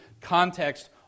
context